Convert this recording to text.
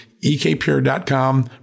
EKPure.com